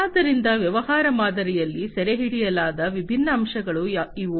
ಆದ್ದರಿಂದ ವ್ಯವಹಾರ ಮಾದರಿಯಲ್ಲಿ ಸೆರೆಹಿಡಿಯಲಾದ ವಿಭಿನ್ನ ಅಂಶಗಳು ಇವು